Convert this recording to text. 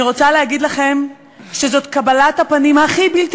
אני רוצה להגיד לכם שזאת קבלת הפנים הכי בלתי